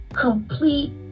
complete